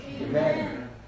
Amen